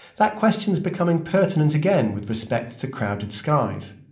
that question's becoming pertinent again with respect to crowded skies.